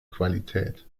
qualität